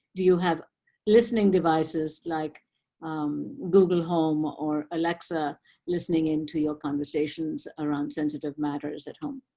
do you have listening devices like google home or alexa listening into your conversations around sensitive matters at home?